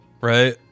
right